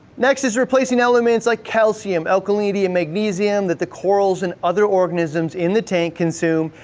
next is replacing elements like calcium, alkalinity, and magnesium that the corals and other organisms in the tank consume.